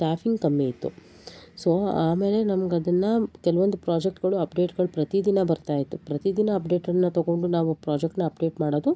staffing ಕಮ್ಮಿಯಿತ್ತು so ಆಮೇಲೆ ನಮ್ಗೆ ಅದನ್ನು ಕೆಲವೊಂದು ಪ್ರಾಜೆಕ್ಟ್ಗಳು ಅಪ್ಡೇಟ್ಗಳು ಪ್ರತಿ ದಿನ ಬರ್ತಾಯಿತ್ತು ಪ್ರತಿ ದಿನ ಅಪ್ಡೇಟನ್ನು ತಗೊಂಡು ನಾವು ಪ್ರಾಜೆಕ್ಟನ್ನ ಅಪ್ಡೇಟ್ ಮಾಡೋದು